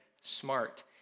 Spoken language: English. smart